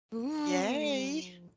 Yay